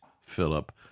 Philip